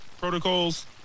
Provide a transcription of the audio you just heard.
protocols